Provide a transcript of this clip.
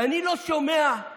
ואני לא שומע על